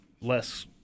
less